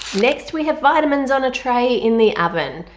next we have vitamins on a tray in the oven.